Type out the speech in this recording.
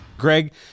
Greg